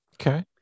Okay